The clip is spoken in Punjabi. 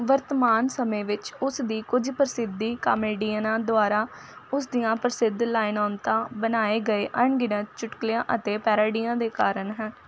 ਵਰਤਮਾਨ ਸਮੇਂ ਵਿੱਚ ਉਸ ਦੀ ਕੱਝ ਪ੍ਰਸਿੱਧੀ ਕਾਮੇਡੀਅਨਾਂ ਦੁਆਰਾ ਉਸ ਦੀਆਂ ਪ੍ਰਸਿੱਧ ਲਾਈਨਾਂ ਉੱਤੇ ਬਣਾਏ ਗਏ ਅਣਗਿਣਤ ਚੁਟਕਲਿਆਂ ਅਤੇ ਪੈਰੋਡੀਆਂ ਦੇ ਕਾਰਨ ਹੈ